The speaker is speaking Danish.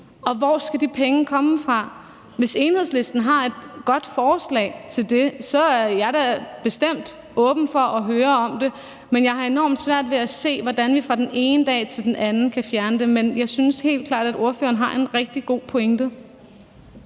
hvor skal de penge komme fra? Hvis Enhedslisten har et godt forslag til det, er jeg da bestemt åben for at høre om det. Men jeg har enormt svært ved at se, hvordan vi fra den ene dag til den anden kan fjerne det. Men jeg synes helt klart, at ordføreren har en rigtig god pointe.